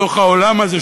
בתוך העולם הזה,